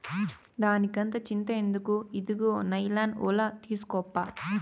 దానికంత చింత ఎందుకు, ఇదుగో నైలాన్ ఒల తీస్కోప్పా